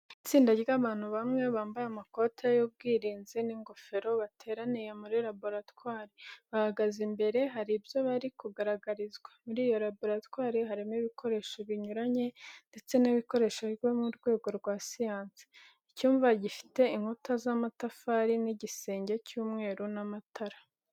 Itsinda ry'abantu bamwe bambaye amakoti y'ubwirinzi n'ingofero, bateraniye muri laboratwari. Bahagaze imbere hari ibyo bari kugaragarizwa, muri iyo laboratwari harimo ibikoresho binyuranye ndetse n'ibikoresho byo mu rwego rwa siyansi. Icyumba gifite inkuta z'amatafari n'igisenge cy'umweru n'amatara.